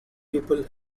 people